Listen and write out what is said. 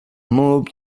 move